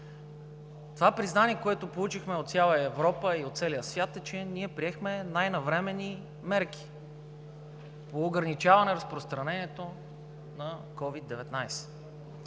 Това признание, което получихме от цяла Европа и от целия свят, е, че ние приехме най-навременни мерки по ограничаване на разпространението на COVID-19.